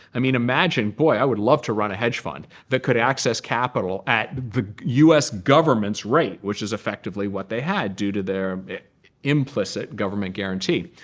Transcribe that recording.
i mean, imagine, boy, i would love to run a hedge fund that could access capital at the us government's rate, which is effectively what they had due to their implicit government guarantee.